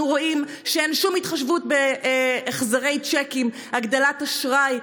רואים שאין שום התחשבות בהחזרי צ'קים והגדלת אשראי.